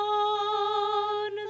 on